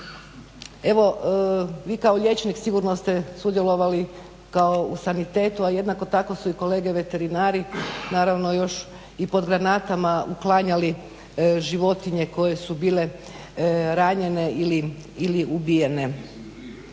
evo vi kako liječnik sigurno ste sudjelovali kako u sanitetu, a jednako tako su i kolege veterinari, naravno još i pod granatama uklanjali životinje koje su bile ranjene ili ubijene.